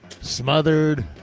Smothered